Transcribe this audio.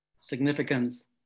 significance